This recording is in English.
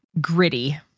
gritty